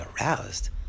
aroused